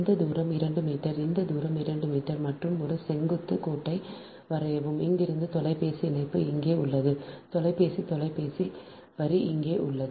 இந்த தூரம் 2 மீட்டர் இந்த தூரம் 2 மீட்டர் மற்றும் ஒரு செங்குத்து கோட்டை வரையவும் இங்கிருந்து தொலைபேசி இணைப்பு இங்கே உள்ளது தொலைபேசி தொலைபேசி வரி இங்கே உள்ளது